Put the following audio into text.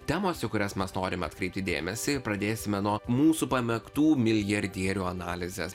temos į kurias mes norime atkreipti dėmesį ir pradėsime nuo mūsų pamėgtų milijardierių analizės